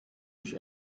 durch